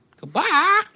Goodbye